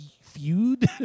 feud